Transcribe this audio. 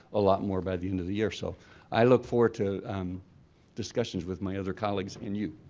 a lot more by the end of the year so i look forward to um discussions with my other colleagues and you.